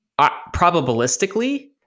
probabilistically